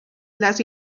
las